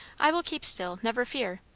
i will keep still, never fear.